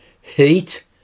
heat